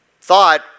thought